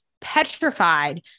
petrified